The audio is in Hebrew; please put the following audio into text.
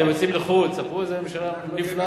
אתם יוצאים לחו"ל, תספרו איזה ממשלה נפלאה.